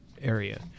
area